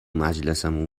مجلسمون